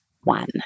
one